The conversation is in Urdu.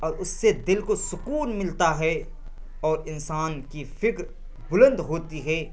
اور اس سے دل کو سکون ملتا ہے اور انسان کی فکر بلند ہوتی ہے